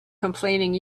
complaining